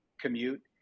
commute